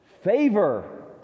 Favor